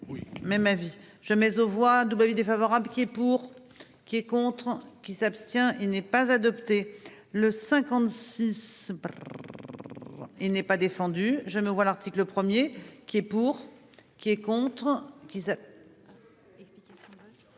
Même avis jamais aux voix double avis défavorable. Qui est pour. Qui est contre qui s'abstient. Il n'est pas adopté le 56. Il n'est pas défendu, je me vois l'article 1er qui est pour. Qui est contre qui. Explications.